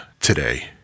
today